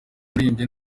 muririmbyi